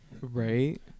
Right